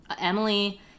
Emily